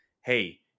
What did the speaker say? Hey